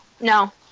No